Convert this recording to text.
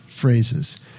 phrases